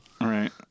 Right